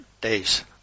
days